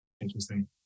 Interesting